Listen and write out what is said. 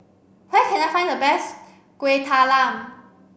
where can I find the best Kueh Talam